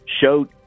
showed